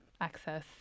access